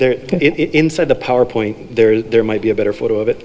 there it inside the power point there there might be a better photo of it